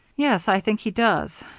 yes, i think he does.